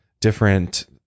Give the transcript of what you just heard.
different